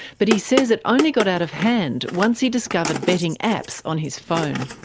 but he says it only got out of hand once he discovered betting apps on his phone.